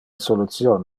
solution